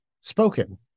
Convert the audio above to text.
spoken